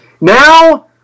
Now